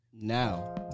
now